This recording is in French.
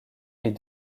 est